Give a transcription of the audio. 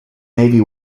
navy